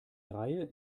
reihe